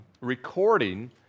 recording